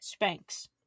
Spanx